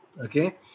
Okay